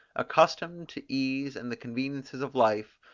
accustomed to ease and the conveniences of life,